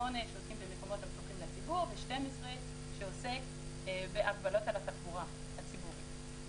שעוסק במקומות הפתוחים לציבור וב-12 שעוסק בהגבלות על התחבורה הציבורית.